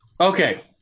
okay